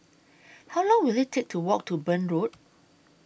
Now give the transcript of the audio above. How Long Will IT Take to Walk to Burn Road